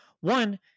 one